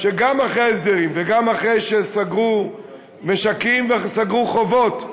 שגם אחרי ההסדרים וגם אחרי שסגרו משקים וסגרו חובות,